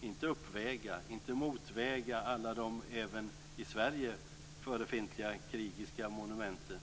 inte uppväga, inte motväga alla de även i Sverige förefintliga krigiska monumenten.